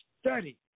Study